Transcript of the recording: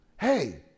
hey